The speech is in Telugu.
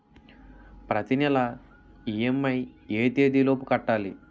ప్రతినెల ఇ.ఎం.ఐ ఎ తేదీ లోపు కట్టాలి?